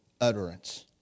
utterance